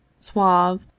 suave